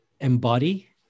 embody